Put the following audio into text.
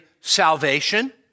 salvation